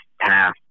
task